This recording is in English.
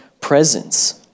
presence